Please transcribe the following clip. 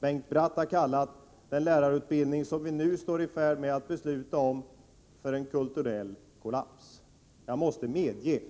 Bengt Bratt har kallat den lärarutbildning som vi nu är i färd med att fatta beslut om för en kulturell kollaps. Jag måste medge